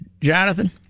Jonathan